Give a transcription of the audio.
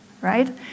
right